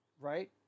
right